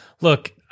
Look